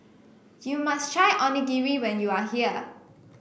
you must try Onigiri when you are here